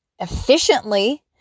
efficiently